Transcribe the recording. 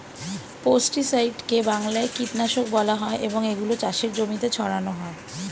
পেস্টিসাইডকে বাংলায় কীটনাশক বলা হয় এবং এগুলো চাষের জমিতে ছড়ানো হয়